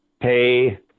pay